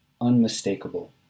unmistakable